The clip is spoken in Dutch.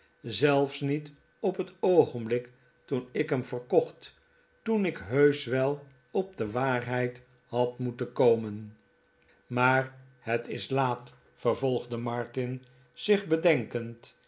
zelfs niet op het oogenblik toen ik hem verkocht toen ik heusch wel op de waarheid had moeten komen maar het is laat vervolgde martin zich bedenkend